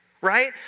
right